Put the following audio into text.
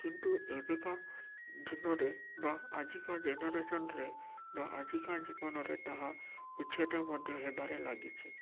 କିନ୍ତୁ ଏବେକା ଦିନରେ ବା ଆଜିକା ଜେନେରେସନରେ ବା ଆଜିକା ଜୀବନରେ ତାହା ଉଚ୍ଛେଦ ମଧ୍ୟ ହେବାରେ ଲାଗିଛି